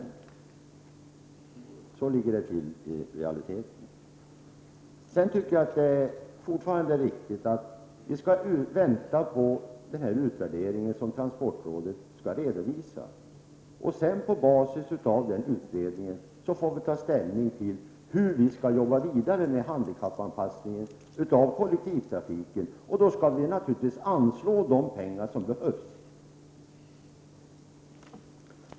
Det är så det ligger till i realiteten. Jag anser fortfarande att det är riktigt att vi skall vänta på den utvärdering som transportrådet skall redovisa. Vi får därefter på basis av den utredningen ta ställning till hur vi skall arbeta vidare med handikappanpassningen av kollektivtrafiken. Vi skall då naturligtvis anslå de pengar som behövs.